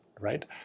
right